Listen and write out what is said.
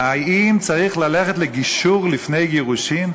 האם צריך ללכת לגישור לפני גירושין?